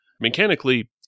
Mechanically